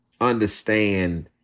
understand